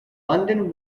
london